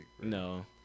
No